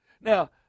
Now